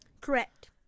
Correct